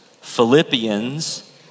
Philippians